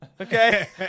Okay